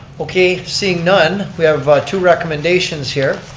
okay, seeing none we have two recommendations here.